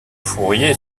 fourrier